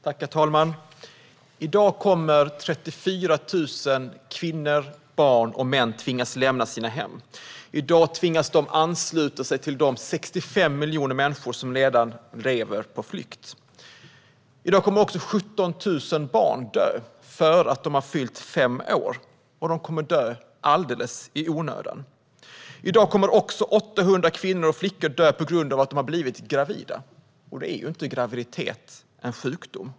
Herr talman! I dag kommer 34 000 kvinnor, män och barn att tvingas lämna sina hem. I dag tvingas de ansluta sig till de 65 miljoner människor som redan lever på flykt. I dag kommer 17 000 barn som inte har fyllt fem år att dö, och de kommer att dö alldeles i onödan. I dag kommer också 800 kvinnor och flickor att dö på grund av att de har blivit gravida, och då är graviditet inte en sjukdom.